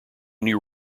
new